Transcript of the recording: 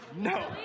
No